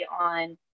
on